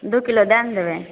दू किलो दै ने देबै